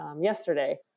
yesterday